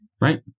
right